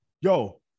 Yo